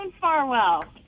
Farwell